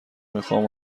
میخام